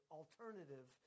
alternative